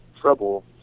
trouble